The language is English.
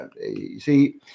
See